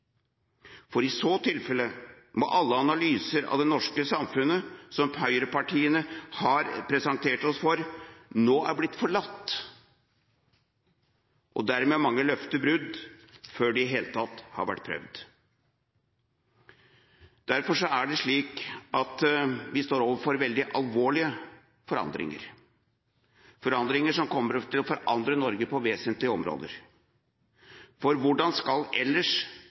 For i så tilfelle må alle analyser av det norske samfunnet som høyrepartiene har presentert oss for, nå ha blitt forlatt – og dermed er mange løfter brutt før de i det hele tatt har vært prøvd. Derfor er det slik at vi står overfor veldig alvorlige forandringer – forandringer som kommer til å forandre Norge på vesentlige områder. For hvordan skal ellers